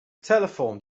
telephone